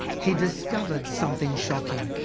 he discovered something shocking,